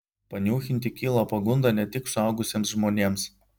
paniūchinti kyla pagunda ne tik suaugusiems žmonėms